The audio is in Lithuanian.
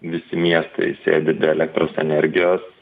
visi miestai sėdi be elektros energijos